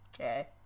Okay